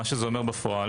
מה שזה אומר בפועל,